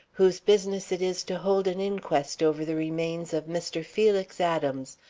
whose business it is to hold an inquest over the remains of mr. felix adams,